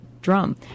drum